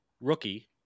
rookie